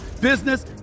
business